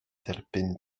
derbyn